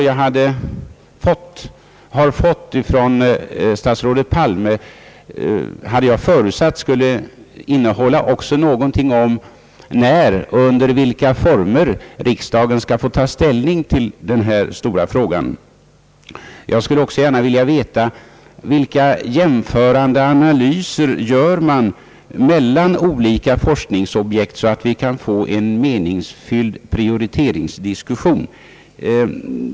Jag hade förutsatt att statsrådet Palmes svar skulle innehålla också någonting om när och under vilka former riksdagen skall få ta ställning till denna stora fråga. Jag skulle också gärna vilja veta, vilka jämförande analyser som man gör mellan olika forskningsobjekt så att vi kan få en meningsfylld prioriteringsdiskussion.